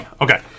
Okay